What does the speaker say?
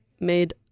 made